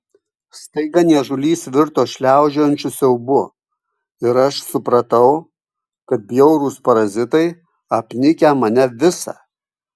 staiga niežulys virto šliaužiojančiu siaubu ir aš supratau kad bjaurūs parazitai apnikę mane visą